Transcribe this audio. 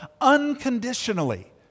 unconditionally